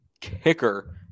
kicker